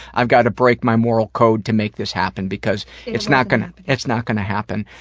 i've gotta break my moral code to make this happen because it's not gonna, it's not gonna happen.